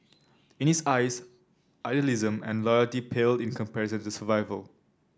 in his eyes idealism and loyalty paled in comparison to survival